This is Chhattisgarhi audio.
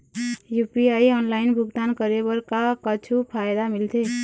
यू.पी.आई ऑनलाइन भुगतान करे बर का कुछू फायदा मिलथे?